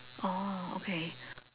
oh okay